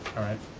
all right.